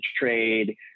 trade